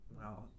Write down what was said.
Wow